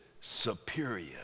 superior